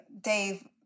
Dave